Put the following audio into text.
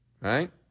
Right